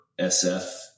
SF